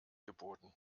geboten